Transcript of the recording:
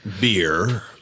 Beer